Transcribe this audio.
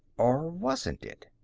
or wasn't it?